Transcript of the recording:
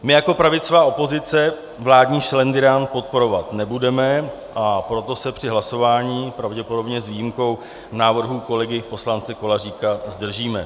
My jako pravicová opozice vládní šlendrián podporovat nebudeme, a proto se při hlasování, pravděpodobně s výjimkou návrhu kolegy poslance Koláříka, zdržíme.